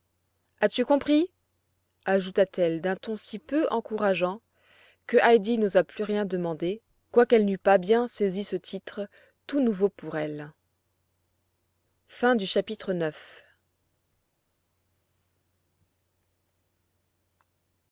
as-tu compris ajouta-t-elle d'un ton si peu encourageant que heidi n'osa plus rien demander quoiqu'elle n'eût pas bien saisi ce titre tout nouveau pour elle chapitre